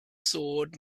sword